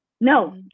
No